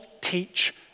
teach